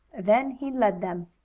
then he led them.